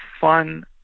fun